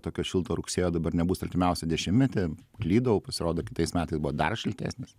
tokio šilto rugsėjo dabar nebus artimiausią dešimtmetį klydau pasirodo kitais metais buvo dar šiltesnis